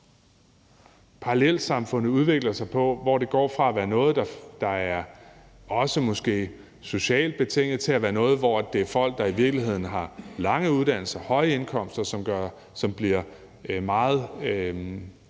parallelsamfundene udvikler sig på, hvor det går fra at være noget, som måske også er socialt betinget, til at være noget, hvor det i virkeligheden er folk, der har lange uddannelser og høje indkomster, som bliver meget